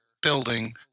building